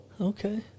Okay